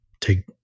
take